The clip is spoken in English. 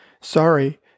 Sorry